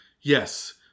Yes